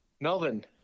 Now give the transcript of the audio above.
Melvin